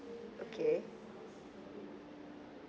okay